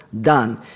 done